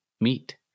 meat